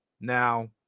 Now